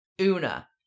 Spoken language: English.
Una